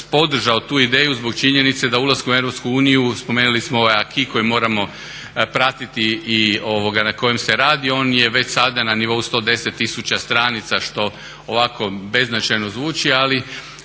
podržao tu ideju zbog činjenice da ulaskom u Europsku uniju, spomenuli smo ovaj acquis koji moramo pratiti i na kojem se radi, on je već sada na nivou 110 000 stranica što ovako beznačajno zvuči, ali